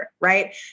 right